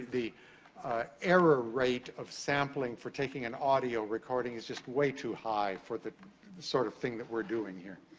the error rate of sampling for taking an audio recording is just way too high for the the sort of thing that we're doing here.